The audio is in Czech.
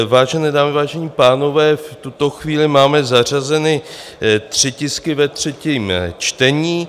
Vážené dámy, vážení pánové, v tuto chvíli máme zařazeny tři tisky ve třetím čtení.